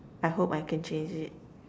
I hope I can change it